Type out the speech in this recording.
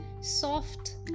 soft